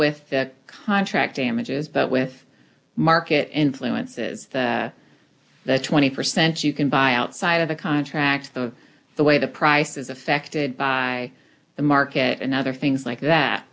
with contract damages but with market influences the twenty percent you can buy outside of the contract the way the price is affected by the market and other things like that